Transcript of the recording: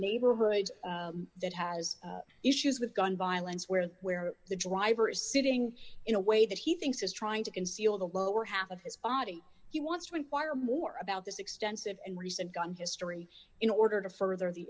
neighborhoods that has issues with gun violence where the where the driver is sitting in a way that he thinks is trying to conceal the lower half of his body he wants to inquire more about this extensive and recent gun history in order to further the